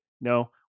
No